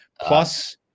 plus